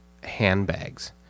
handbags